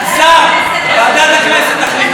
זה לא רלוונטי, השר, ועדת הכנסת תחליט.